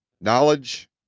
Knowledge